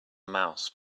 mouse